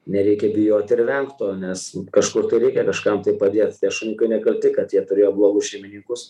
nereikia bijot ir vengt to nes kažkur reikia kažkam tai padėt tie šuniukai nekalti kad jie turėjo blogus šeimininkus